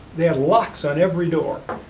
they had locks on every door,